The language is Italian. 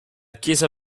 chiesa